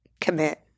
Commit